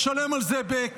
אתה תשלם על זה בכסף.